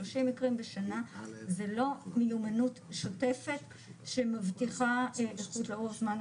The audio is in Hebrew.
30 מקרים בשנה זה לא מיומנות שוטפת שמבטיחה איכות לאורך זמן,